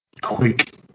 quick